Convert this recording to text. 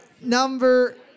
number